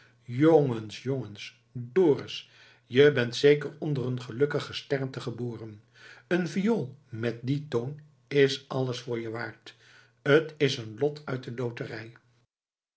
jongens jongens dorus je bent zeker onder een gelukkig gesternte geboren een viool met dien toon is alles voor je waard t is een lot uit de loterij